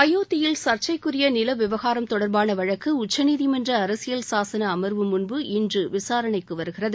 அயோத்தியில் சர்ச்சைக்குரிய நில விவகாரம் தொடர்பான வழக்கு உச்சநீதிமன்ற அரசியல் சாசன அமர்வு முன்பு இன்று விசாரணைக்கு வருகிறது